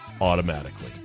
automatically